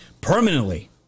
permanently